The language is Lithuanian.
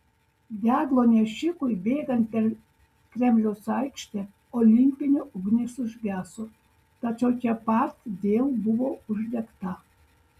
deglo nešikui bėgant per kremliaus aikštę olimpinė ugnis užgeso tačiau čia pat buvo vėl uždegta